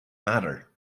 matter